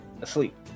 asleep